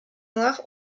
noir